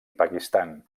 pakistan